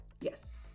Yes